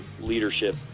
leadership